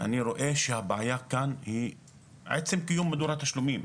אני רואה שהבעיה כאן היא עצם קיום מדור התשלומים.